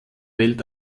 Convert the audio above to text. welt